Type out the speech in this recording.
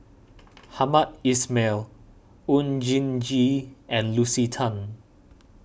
Hamed Ismail Oon Jin Gee and Lucy Tan